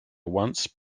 once